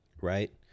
Right